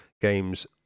games